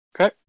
Okay